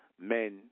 men